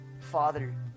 Father